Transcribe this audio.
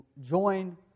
join